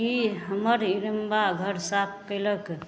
कि हमर इरम्बा घर साफ कएलक